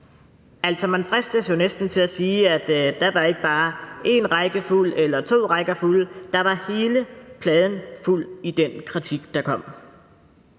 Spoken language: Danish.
man fristes jo næsten til at sige, at der ikke bare var én række fuld eller to rækker fulde – der var hele pladen fuld i forhold til den kritik, der kom.